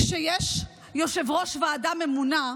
כשיש יושב-ראש ועדה ממונה,